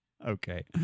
Okay